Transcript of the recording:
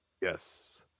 Yes